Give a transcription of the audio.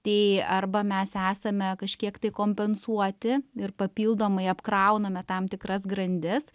tai arba mes esame kažkiek tai kompensuoti ir papildomai apkrauname tam tikras grandis